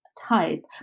type